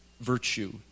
virtue